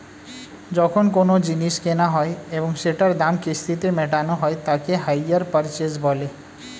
যখন কোনো জিনিস কেনা হয় এবং সেটার দাম কিস্তিতে মেটানো হয় তাকে হাইয়ার পারচেস বলে